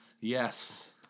Yes